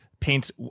paints